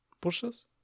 bushes